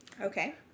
Okay